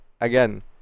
again